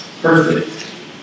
perfect